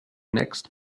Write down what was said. next